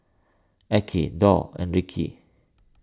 Arkie Dorr and Reece